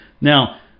Now